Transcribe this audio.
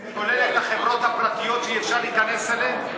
זה כולל את החברות הפרטיות שאי-אפשר להיכנס אליהן?